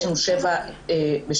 יש לנו שבע ראשויות,